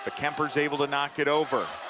ah kuemper's able to knock it over.